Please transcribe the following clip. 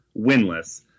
winless